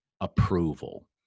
approval